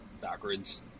backwards